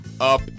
up